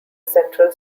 central